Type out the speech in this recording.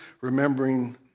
remembering